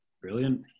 Brilliant